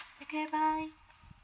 take care bye